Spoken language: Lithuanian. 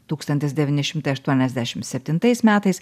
tūkstantis devyni šimtai aštuoniasdešim septintais metais